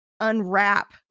unwrap